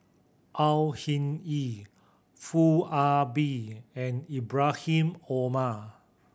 Au Hing Yee Foo Ah Bee and Ibrahim Omar